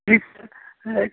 ठीक है